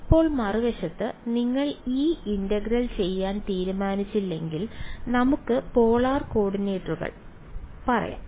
ഇപ്പോൾ മറുവശത്ത് നിങ്ങൾ ഈ ഇന്റഗ്രൽ ചെയ്യാൻ തീരുമാനിച്ചെങ്കിൽ നമുക്ക് പോളാർ കോർഡിനേറ്റുകൾ പറയാം